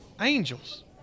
Angels